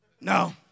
no